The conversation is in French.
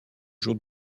jour